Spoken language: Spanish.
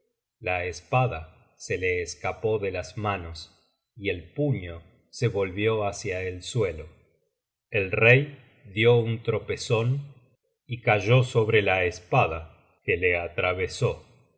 la espada se le escapó de las manos y el puño se volvió hacia el suelo el rey dió un tropezon y cayó sobre la espada que le atravesó